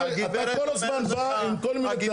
אתה, אתה כל הזמן בא עם כל מיני טענות.